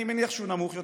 אני מניח שהוא נמוך יותר,